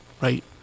right